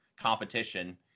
competition